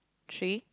tree